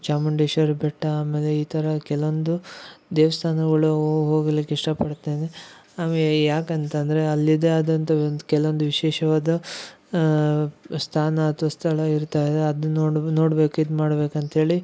ಚಾಮುಂಡೇಶ್ವರಿ ಬೆಟ್ಟ ಆಮೇಲೆ ಈ ಥರ ಕೆಲವೊಂದು ದೇವಸ್ಥಾನಗೊಳಿ ಹೋಗ್ಲಿಕ್ಕೆ ಇಷ್ಟ ಪಡ್ತೇನೆ ಅವೇ ಯಾಕೆ ಅಂತಂದರೆ ಅಲ್ಲಿದೆ ಆದಂಥ ಕೆಲವು ವಿಶೇಷವಾದ ಸ್ಥಾನ ಅಥವ ಸ್ಥಳ ಇರ್ತ ಅದು ನೋಡ್ಬೇಕು ಇದು ಮಾಡ್ಬೇಕು ಅಂತೇಳಿ